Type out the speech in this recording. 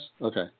Okay